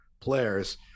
players